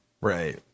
right